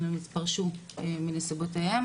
הם פרשו מסיבותיהם